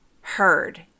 heard